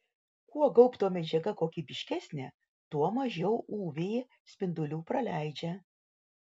kuo gaubto medžiaga kokybiškesnė tuo mažiau uv spindulių praleidžia